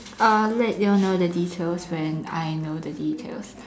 I'll let you all know the details when I know the details